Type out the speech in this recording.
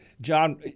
John